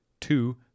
two